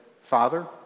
Father